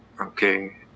Okay